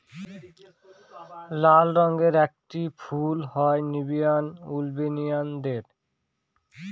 লাল রঙের একটি ফুল হয় নেরিয়াম ওলিয়ানদের